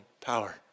power